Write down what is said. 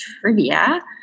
trivia